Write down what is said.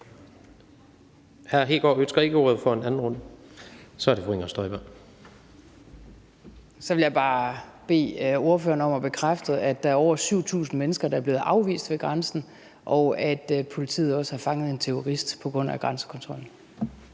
Så vil jeg bare bede ordføreren om at bekræfte, at der er over 7.000 mennesker, der er blevet afvist ved grænsen, og at politiet også har fanget en terrorist på grund af grænsekontrollen.